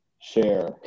share